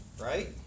right